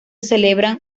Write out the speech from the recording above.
celebran